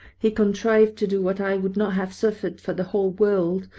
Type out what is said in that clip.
he contrived to do what i would not have suffered for the whole world.